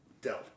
dealt